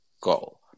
goal